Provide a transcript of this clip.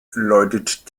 läutet